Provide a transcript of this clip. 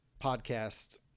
podcast